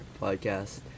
podcast